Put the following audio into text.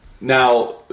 Now